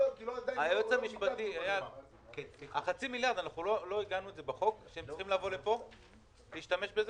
לא עיגנו את החצי מיליארד בחוק שהם צריכים לבוא לפה להשתמש בזה?